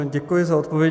Děkuji za odpovědi.